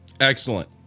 Excellent